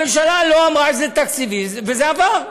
הממשלה לא אמרה על זה שזה תקציבי, וזה עבר.